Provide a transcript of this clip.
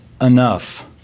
enough